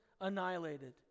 annihilated